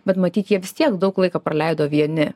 bet matyt jie vis tiek daug laiko praleido vieni